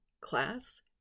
class